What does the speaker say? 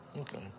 okay